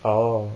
orh